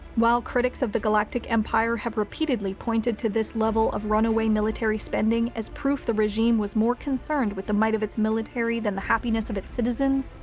while critics of the galactic empire have repeatedly pointed to this level of runaway military spending as proof the regime was more concerned with the might of its military than the happiness of its citizens,